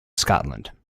scotland